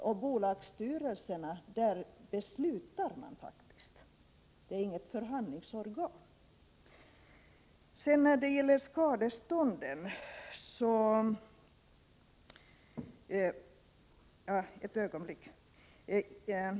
Och i en bolagsstyrelse fattar man faktiskt beslut — den är inget förhandlingsorgan.